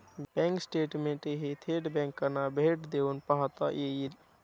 bank स्टेटमेंटही थेट बँकांना भेट देऊन पाहता येईल